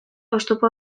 oztopo